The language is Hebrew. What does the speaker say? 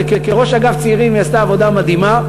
אז כראש אגף צעירים היא עשתה עבודה מדהימה,